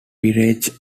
peerages